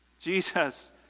Jesus